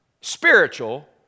spiritual